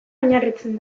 oinarritzen